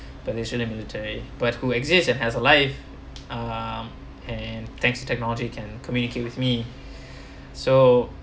financial and military but who exists and has a life um and thanks to technology can communicate with me so